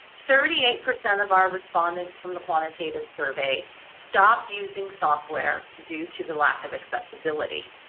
thirty eight percent of our respondents from the quantitative survey stopped using software due to the lack of accessibility.